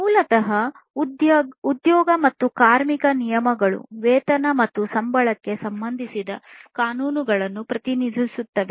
ಮೂಲತಃ ಉದ್ಯೋಗ ಮತ್ತು ಕಾರ್ಮಿಕ ನಿಯಮಗಳು ವೇತನ ಮತ್ತು ಸಂಬಳಕ್ಕೆ ಸಂಬಂಧಿಸಿದ ಕಾನೂನುಗಳನ್ನು ಪ್ರತಿನಿಧಿಸುತ್ತವೆ